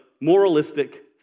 moralistic